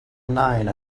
nine